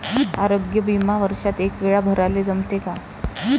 आरोग्य बिमा वर्षात एकवेळा भराले जमते का?